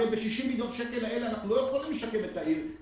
הרי ב-60 מיליון שקלים אלה אנחנו לא יכולים לשקם את העיר.